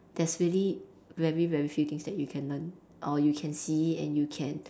there's really very very few things that you can learn or you can see it and you can